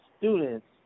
students